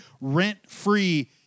rent-free